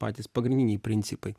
patys pagrindiniai principai